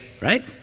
Right